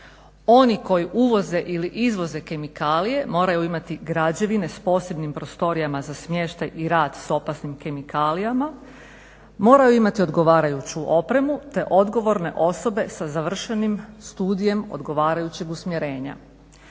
Oni koji uvoze ili izvoze kemikalije moraju imati građevine s posebnim prostorijama za smještaj i rad s opasnim kemikalijama, moraju imati odgovarajuću opremu, te odgovorne osobe sa završenim studijem odgovarajućeg usmjerenja.